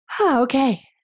Okay